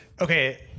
okay